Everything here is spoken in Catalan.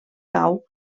cau